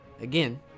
Again